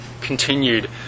continued